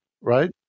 right